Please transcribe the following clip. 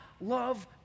love